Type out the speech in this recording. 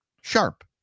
sharp